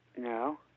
No